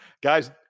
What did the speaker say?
guys